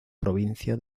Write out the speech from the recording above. provincia